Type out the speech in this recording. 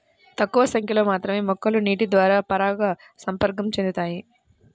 తక్కువ సంఖ్యలో మాత్రమే మొక్కలు నీటిద్వారా పరాగసంపర్కం చెందుతాయి